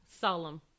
Solemn